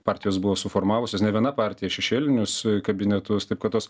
partijos buvo suformavusios ne viena partija šešėlinius kabinetus taip kad tos